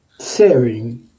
sharing